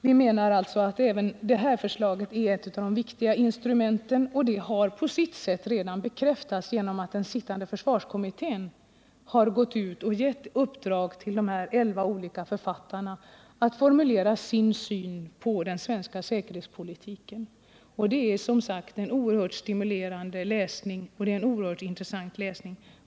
Vi menar att även det här förslaget är ett av de viktiga instrumenten, och det har på sitt sätt redan bekräftats genom att den sittande försvarskommittén har gett uppdrag till elva olika författare att formulera sin syn på den svenska säkerhetspolitiken. Det är som sagt en oerhört stimulerande och intressant läsning.